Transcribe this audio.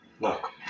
look